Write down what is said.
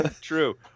True